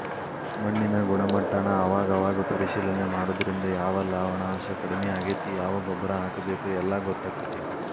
ಮಣ್ಣಿನ ಗುಣಮಟ್ಟಾನ ಅವಾಗ ಅವಾಗ ಪರೇಶಿಲನೆ ಮಾಡುದ್ರಿಂದ ಯಾವ ಲವಣಾಂಶಾ ಕಡಮಿ ಆಗೆತಿ ಯಾವ ಗೊಬ್ಬರಾ ಹಾಕಬೇಕ ಎಲ್ಲಾ ಗೊತ್ತಕ್ಕತಿ